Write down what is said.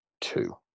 two